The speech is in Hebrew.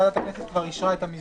הצעת חוק ההוצאה לפועל (תיקון מס'